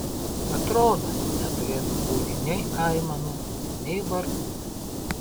atrodo neturėtų būti nei aimanų nei vargų